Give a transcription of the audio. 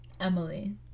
Emily